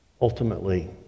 ultimately